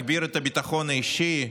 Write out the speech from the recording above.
להגביר את הביטחון האישי,